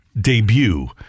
debut